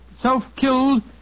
self-killed